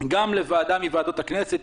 גם לוועדה מוועדות הכנסת,